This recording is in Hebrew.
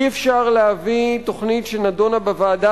אי-אפשר להביא תוכנית שנדונה בוועדה